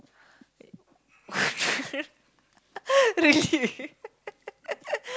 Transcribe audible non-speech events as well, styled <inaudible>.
<laughs> really <laughs>